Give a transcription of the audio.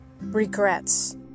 Regrets